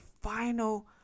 final